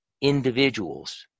individuals